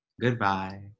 Goodbye